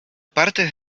partes